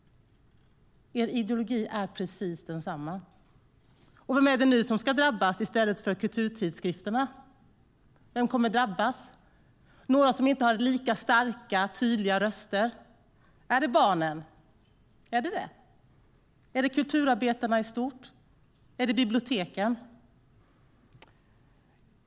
Vilka är det nu som ska drabbas i stället för kulturtidskrifterna? Några som inte har lika starka och tydliga röster? Är det barnen? Är det kulturarbetarna i stort? Är det biblioteken?